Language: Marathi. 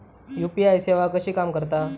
यू.पी.आय सेवा कशी काम करता?